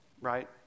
right